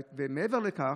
ומעבר לכך,